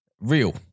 real